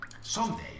Someday